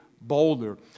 boulder